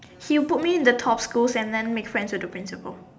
he will put me in the top schools and then make friends with the principal